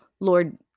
Lord